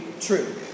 true